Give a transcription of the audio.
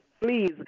Please